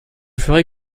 ferai